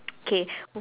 okay